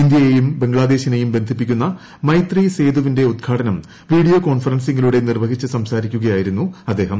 ഇന്ത്യയെയും ബംഗ്ലാദേശിനെയും ബന്ധിപ്പിക്കുന്ന മൈത്രി സേതുവിന്റെ ഉദ്ഘാടനം വീഡിയോ കോൺഫറൻസിങ്ങിലൂടെ നിർവഹിച്ചു സംസാരിക്കുകയായിരുന്നു അദ്ദേഹം